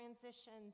transitions